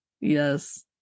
yes